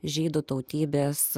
žydų tautybės